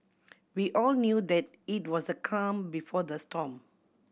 we all knew that it was the calm before the storm